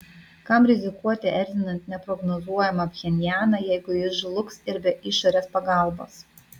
kam rizikuoti erzinant neprognozuojamą pchenjaną jeigu jis žlugs ir be išorės pagalbos